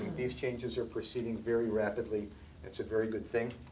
these changes are proceeding very rapidly. and it's a very good thing.